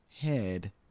head